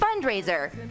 fundraiser